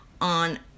on